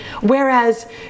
Whereas